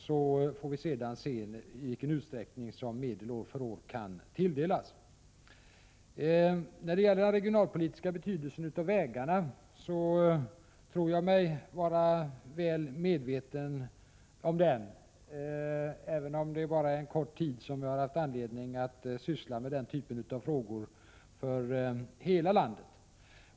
Sedan får vi se i vilken utsträckning medel kan tilldelas år från år. Den regionalpolitiska betydelsen för vägarna tror jag mig vara väl medveten om, även om det bara är en kort tid som jag haft anledning att syssla med den typen av frågor för hela landet.